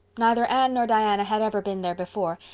neither anne nor diana had ever been there before,